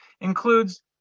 includes